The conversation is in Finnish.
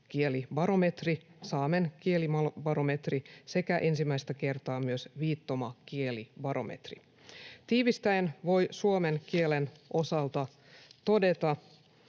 kielibarometri, saamen kieli -barometri sekä ensimmäistä kertaa myös viittomakielibarometri. Tiivistäen voi suomen kielen osalta todeta,